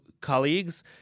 colleagues